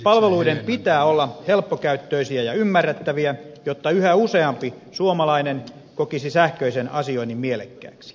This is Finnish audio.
palveluiden pitää olla helppokäyttöisiä ja ymmärrettäviä jotta yhä useampi suomalainen kokisi sähköisen asioinnin mielekkääksi